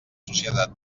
societat